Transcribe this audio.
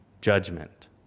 judgment